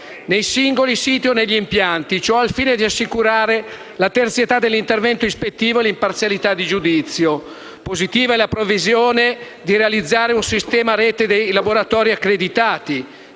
nei singoli siti o negli impianti, ciò al fine di assicurare la terzietà dell'intervento ispettivo e l'imparzialità di giudizio. Positiva è la previsione di realizzare un sistema a rete dei laboratori accreditati.